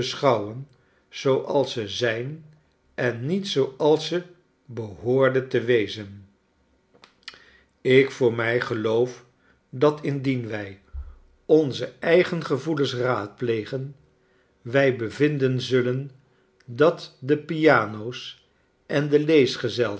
beschouwen zooals ze zijn en niet zooals ze behoorde te wezen ikvoormij geloof dat indien wij onze eigen gevoelens raadplegen wij bevinden zullen dat de piano's en de